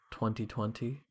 2020